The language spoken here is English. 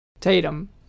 Tatum